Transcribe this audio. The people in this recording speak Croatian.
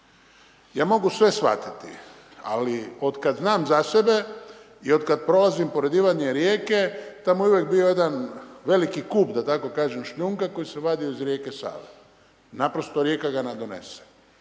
Ja mogu sve shvatiti. Ali od kada znam za sebe i od kada prolazim pored Ivanje Rijeke, tamo je uvijek bio jedan veliki kup da tako kažem šljunka koji se vadio iz rijeke Save, naprosto rijeka nam ga donese.